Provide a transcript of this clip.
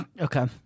Okay